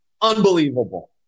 unbelievable